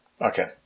Okay